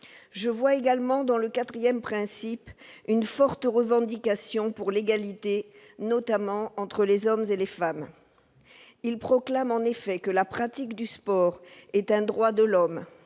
je vois également dans le 4ème principe une forte revendication pour l'égalité, notamment entre les hommes et les femmes, il proclame en effet que la pratique du sport est un droit de l'homme